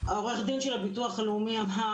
עורך הדין של הביטוח הלאומי אמר